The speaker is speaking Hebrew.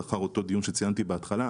לאחר אותו דיון שציינתי בהתחלה,